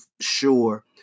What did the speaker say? sure